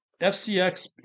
FCX